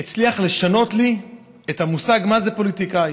הצליח לשנות לי את המושג מה זה פוליטיקאי,